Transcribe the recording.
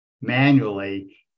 manually